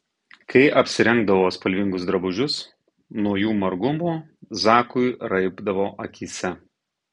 kai apsirengdavo spalvingus drabužius nuo jų margumo zakui raibdavo akyse